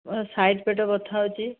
side ପେଟ ବ୍ୟଥା ହେଉଛି